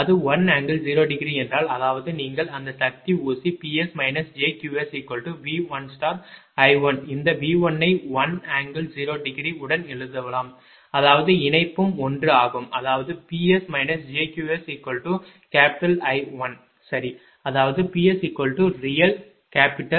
அது 1∠0° என்றால் அதாவது நீங்கள் அந்த சக்தி ஊசி Ps jQsV1I1 இந்த V1 ஐ 1∠0 ° உடன் எழுதலாம் அதாவது இணைப்பும் 1 ஆகும் அதாவது Ps jQsI1 சரி அதாவது PsrealI1